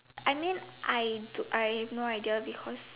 I mean I do I have no idea because